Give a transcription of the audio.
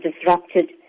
disrupted